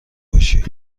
باشی